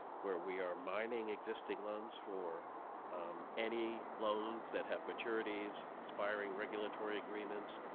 where we are mining existing loans for any loans that have maturities, expiring regulatory agreements,